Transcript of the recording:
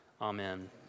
Amen